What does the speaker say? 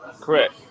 Correct